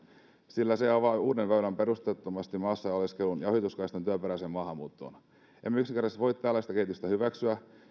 sillä se avaa uuden väylän perusteettomasti maassa oleskeluun ja ohituskaistan työperäiseen maahanmuuttoon emme yksinkertaisesti voi tällaista kehitystä hyväksyä